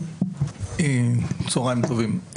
צוהריים טובים.